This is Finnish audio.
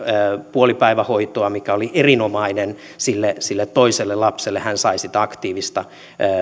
puolipäivähoitoa mikä oli erinomainen sille toiselle lapselle hän sai sitä aktiivista